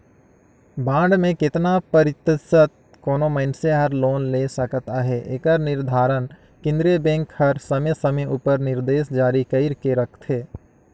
bond में केतना परतिसत कोनो मइनसे हर लोन ले सकत अहे एकर निरधारन केन्द्रीय बेंक हर समे समे उपर निरदेस जारी कइर के रखथे